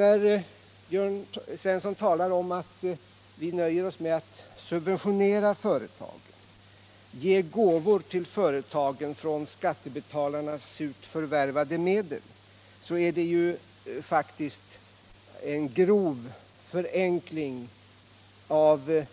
När Jörn Svensson talar om att vi nöjer oss med att subventionera företagen, ge gåvor till företagen av skattebetalarnas surt förvärvade medel, rör det sig faktiskt om en grov förenkling av